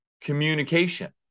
communication